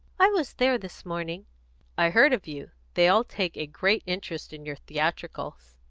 i was there this morning i heard of you. they all take a great interest in your theatricals.